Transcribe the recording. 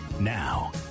Now